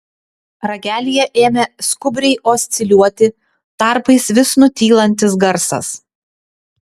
ragelyje ėmė skubriai osciliuoti tarpais vis nutylantis garsas